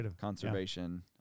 Conservation